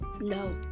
No